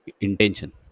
Intention